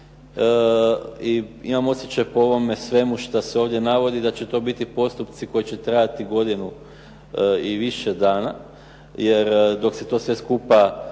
i imam osjećaj po ovome svemu šta se ovdje navodi da će to biti postupci koji će trajati godinu i više dana, jer dok se to sve skupa